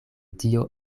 dio